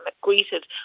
greeted